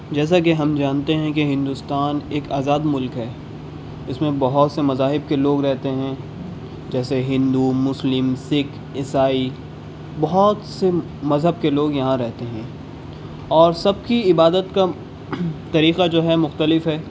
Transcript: جیسا کہ ہم جانتے ہیں کہ ہندوستان ایک آزاد ملک ہے اس میں بہت سے مذاہب کے لوگ رہتے ہیں جیسے ہندو مسلم سکھ عیسائی بہت سے مذہب کے لوگ یہاں رہتے ہیں اور سب کی عبادت کا طریقہ جو ہے مختلف ہے